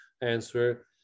answer